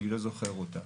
אני לא זוכר אותה.